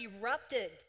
erupted